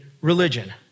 religion